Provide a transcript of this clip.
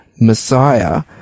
Messiah